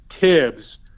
Tibbs